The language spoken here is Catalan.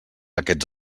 aquests